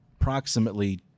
approximately